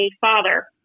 father